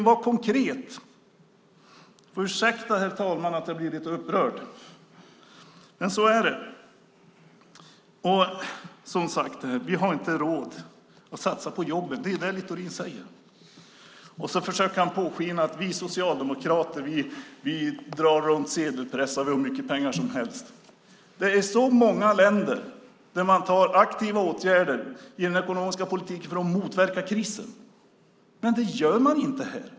Var konkret, Littorin! Ursäkta, herr talman, att jag blir lite upprörd, men så är det. Vi har inte råd att satsa på jobben. Det är det Littorin säger. Och han försöker påskina att Socialdemokraterna drar runt sedelpressar och har hur mycket pengar som helst. I många länder vidtar man aktiva åtgärder i den ekonomiska politiken för att motverka krisen, men det gör man inte här.